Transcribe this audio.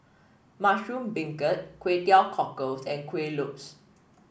Mushroom Beancurd Kway Teow Cockles and Kuih Lopes